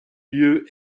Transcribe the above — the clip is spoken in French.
lieu